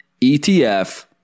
ETF